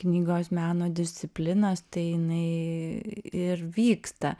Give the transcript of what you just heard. knygos meno disciplinas tai jinai ir vyksta